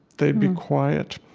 they'd be quiet.